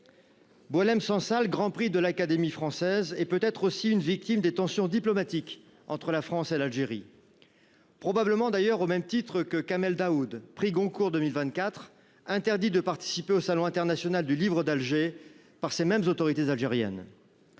Prix du roman de l’Académie française, est peut être aussi une victime des tensions diplomatiques entre la France et l’Algérie, probablement d’ailleurs au même titre que Kamel Daoud, prix Goncourt 2024, interdit de participer au Salon international du livre d’Alger par les mêmes autorités algériennes.